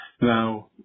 now